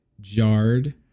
jarred